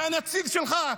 כשהנציג שלך,